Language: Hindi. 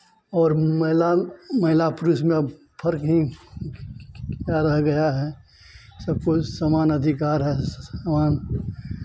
और महिला महिला पुरुष में अब फ़र्क ही क्या रह गया है सब को समान अधिकार है समान